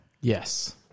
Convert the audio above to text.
Yes